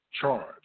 charge